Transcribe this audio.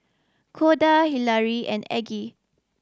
Corda Hilary and Aggie